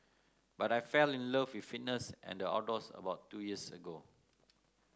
but I fell in love with fitness and the outdoors about two years ago